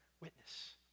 Witness